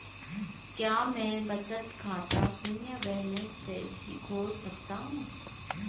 क्या मैं बचत खाता शून्य बैलेंस से भी खोल सकता हूँ?